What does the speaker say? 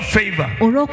favor